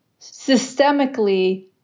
systemically